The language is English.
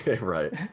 Right